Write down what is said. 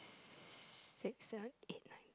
six sevn eight nine ten